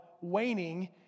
waning